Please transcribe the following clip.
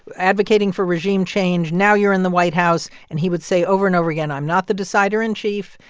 advocating for regime change now you're in the white house. and he would say over and over again, i'm not the decider in chief.